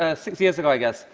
ah six years ago, i guess,